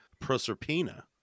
proserpina